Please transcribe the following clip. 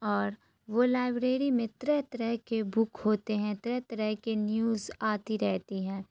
اور وہ لائبریری میں طرح طرح کے بک ہوتے ہیں طرح طرح کے نیوز آتی رہتی ہیں